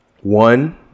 One